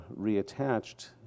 reattached